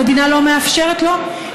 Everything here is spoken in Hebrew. המדינה לא מאפשרת לו,